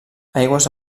aigües